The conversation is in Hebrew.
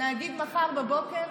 להגיד מחר בבוקר